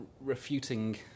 refuting